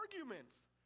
arguments